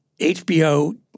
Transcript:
HBO